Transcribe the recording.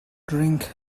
drink